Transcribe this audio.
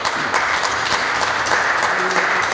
Hvala,